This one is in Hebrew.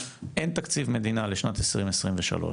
אין תקציב מדינה לשנת 2023,